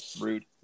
rude